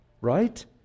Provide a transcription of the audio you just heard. Right